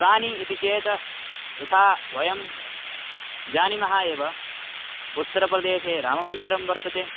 कानि इति चेत् यथा वयं जानीमः एव उत्तरप्रदेशे राममन्दिरं वर्तते